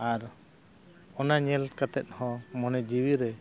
ᱟᱨ ᱚᱱᱟ ᱧᱮᱞ ᱠᱟᱛᱮᱫ ᱦᱚᱸ ᱢᱚᱱᱮ ᱡᱤᱣᱤᱨᱮ